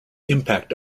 impact